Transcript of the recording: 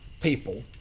people